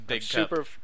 Super